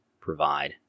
provide